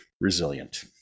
resilient